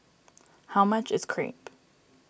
how much is Crepe